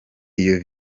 iyo